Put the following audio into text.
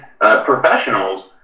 professionals